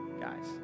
guys